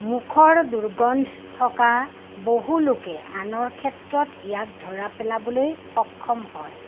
মুখৰ দুৰ্গন্ধ থকা বহু লোকে আনৰ ক্ষেত্ৰত ইয়াক ধৰা পেলাবলৈ সক্ষম হয়